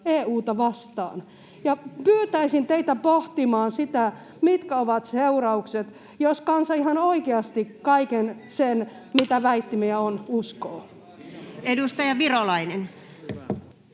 Pyytäisin teitä pohtimaan sitä, mitkä ovat seuraukset, jos kansa ihan oikeasti uskoo kaiken sen, mitä väittämiä on. Edustaja Virolainen.